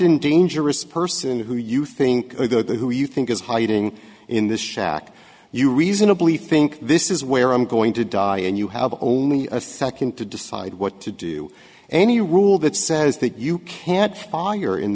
and dangerous person who you think who you think is hiding in this shack you reasonably think this is where i'm going to die and you have only a second to decide what to do any rule that says that you can't fire in